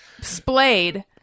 splayed